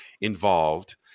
involved